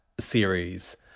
series